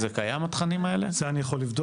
זה קיים התכנים האלה הכלכליים?